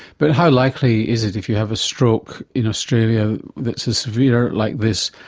but how likely is it if you have a stroke in australia that's as severe like this,